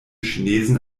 chinesen